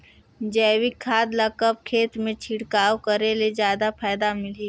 जैविक खाद ल कब खेत मे छिड़काव करे ले जादा फायदा मिलही?